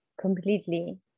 completely